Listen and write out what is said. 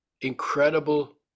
incredible